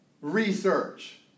Research